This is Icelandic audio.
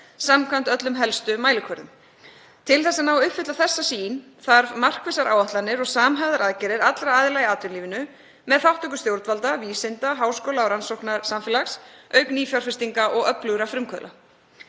samkvæmt öllum helstu mælikvörðum. Til þess að ná að uppfylla þessa sýn þarf markvissar áætlanir og samhæfðar aðgerðir allra aðila í atvinnulífinu með þátttöku stjórnvalda, vísinda og háskóla og rannsóknasamfélags auk nýfjárfestinga og öflugra frumkvöðla.